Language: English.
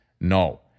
No